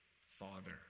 Father